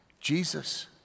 Jesus